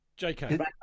JK